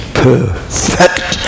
perfect